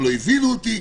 הם לא הבינו אותי,